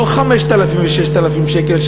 לא 5,000 ו-6,000 שקל,